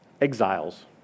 exiles